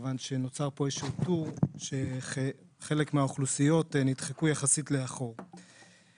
מכיוון שנוצר פה איזשהו טור וחלק מהאוכלוסיות נדחקו לאחור יחסית.